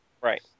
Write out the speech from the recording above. right